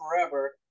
forever